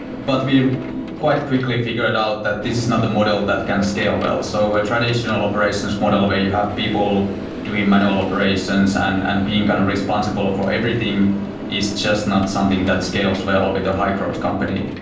but we quite quickly figured out that this is not the model and that can scale well. so a traditional operations model where you have people doing manual operations and and being kind of responsible for everything is just not something that scales well with a high growth company.